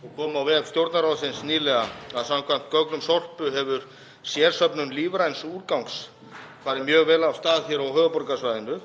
sem komu á vef Stjórnarráðsins nýlega, að samkvæmt gögnum Sorpu hafi sérsöfnun lífræns úrgangs farið mjög vel af stað hér á höfuðborgarsvæðinu.